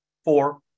four